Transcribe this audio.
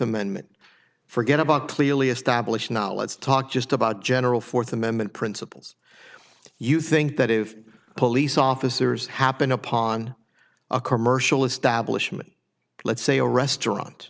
amendment forget about clearly established not let's talk just about general fourth amendment principles you think that if police officers happen upon a commercial establishment let's say a restaurant